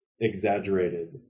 exaggerated